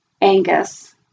Angus